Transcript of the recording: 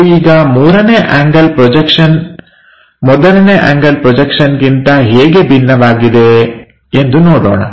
ನಾವು ಈಗ ಮೂರನೇ ಆಂಗಲ್ ಪ್ರೊಜೆಕ್ಷನ್ ಮೊದಲನೇ ಆಂಗಲ್ ಪ್ರೊಜೆಕ್ಷನ್ಗಿಂತ ಹೇಗೆ ಭಿನ್ನವಾಗಿದೆ ನೋಡೋಣ